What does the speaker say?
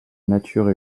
nature